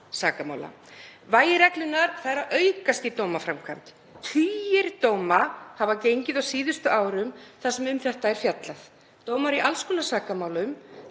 sakamála. Vægi reglunnar er að aukast í dómaframkvæmd. Tugir dóma hafa gengið á síðustu árum þar sem um þetta er fjallað, dómar í alls konar sakamálum,